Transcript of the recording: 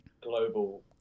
global